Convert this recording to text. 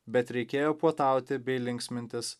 bet reikėjo puotauti bei linksmintis